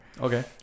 Okay